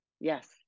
yes